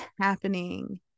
happening